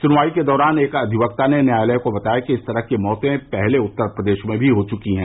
सुनवाई के दौरान एक अधिवक्ता ने न्यायालय को बताया कि इस तरह की मौतें पहले उत्तर प्रदेश में भी हो चुकी हैं